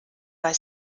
bei